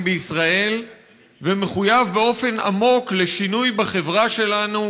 בישראל ומחויב באופן עמוק לשינוי בחברה שלנו,